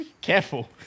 Careful